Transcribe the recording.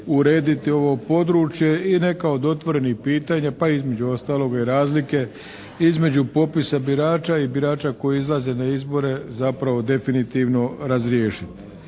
urediti ovo područje i neka od otvorenih pitanja pa između ostaloga i razlike između popisa birača i birača koji izlaze na izbore zapravo definitivno razriješiti.